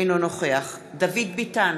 אינו נוכח דוד ביטן,